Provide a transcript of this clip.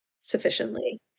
sufficiently